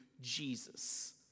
Jesus